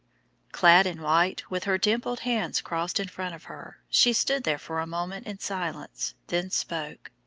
clad in white, with her dimpled hands crossed in front of her, she stood there for a moment in silence, then spoke